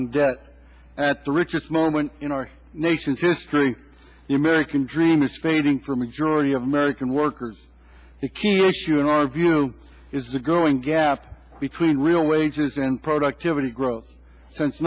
debt at the richest moment in our nation's history the american dream is fading for majority of american workers the key issue in our view is the growing gap between real wages and productivity growth since